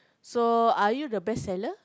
so are you the best seller